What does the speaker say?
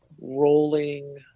rolling